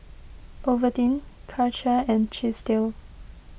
Ovaltine Karcher and Chesdale